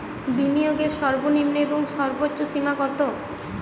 বিনিয়োগের সর্বনিম্ন এবং সর্বোচ্চ সীমা কত?